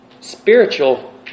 spiritual